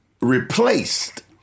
replaced